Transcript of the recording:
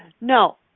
No